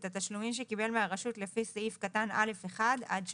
את התשלומים שקיבל מהרשות לפי סעיף קטן (א)(1) עד (3).